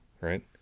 right